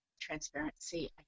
transparency